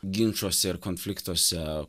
ginčuose ir konfliktuose